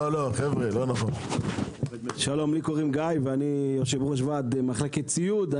שלום, אני יושב-ראש ועד מחלקת ציוד.